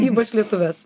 ypač lietuvės